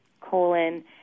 colon